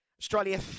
Australia